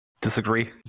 Disagree